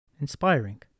inspiring